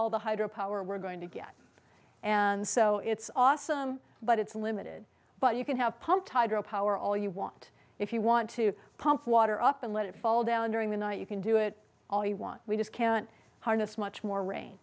all the hydro power we're going to get and so it's awesome but it's limited but you can have pumped hydro power all you want if you want to pump water up and let it fall down during the night you can do it all you want we just can't harness much more rain